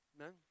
Amen